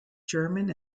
german